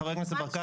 חבר הכנסת ברקת,